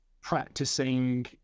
practicing